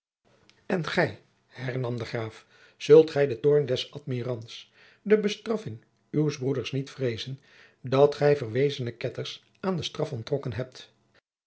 en gij hernam de graaf zult gij den toorn des admirants de bestraffing uws broeders niet vreezen dat gij verwezene ketters aan de straf onttrokken hebt